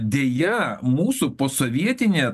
deja mūsų posovietinė